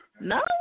No